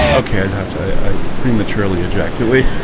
okay, i i prematurely ejaculating